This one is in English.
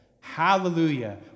Hallelujah